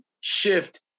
shift